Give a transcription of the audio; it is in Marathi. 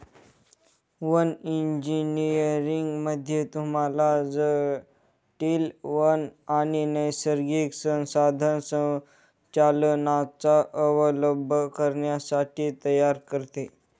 वन इंजीनियरिंग मध्ये तुम्हाला जटील वन आणि नैसर्गिक संसाधन संचालनाचा अवलंब करण्यासाठी तयार करते